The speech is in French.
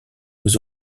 aux